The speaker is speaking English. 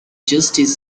justice